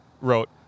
wrote